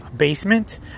basement